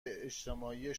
اجتماعی